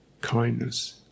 kindness